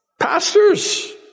pastors